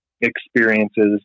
experiences